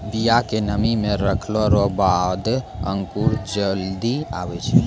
बिया के नमी मे रखलो रो बाद अंकुर जल्दी आबै छै